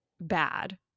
bad